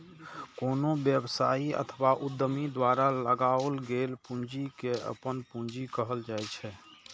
कोनो व्यवसायी अथवा उद्यमी द्वारा लगाओल गेल पूंजी कें अपन पूंजी कहल जाइ छै